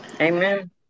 Amen